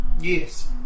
Yes